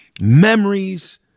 memories